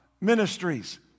ministries